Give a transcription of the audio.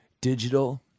digital